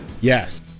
Yes